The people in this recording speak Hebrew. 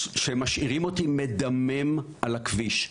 שמשאירים אותי מדמם על הכביש.